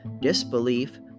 disbelief